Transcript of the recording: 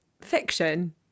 Fiction